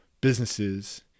businesses